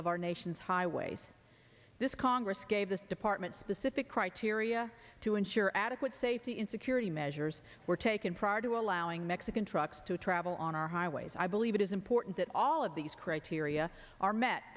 of our nation's highways this congress gave this department specific criteria to ensure adequate safety in security measures were taken prior to allowing mexican trucks to travel on our highways i believe it is important that all of these criteria are met